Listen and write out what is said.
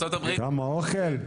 כמה אוכל?